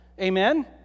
Amen